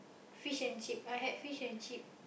fish and chip I had fish and chip